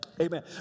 Amen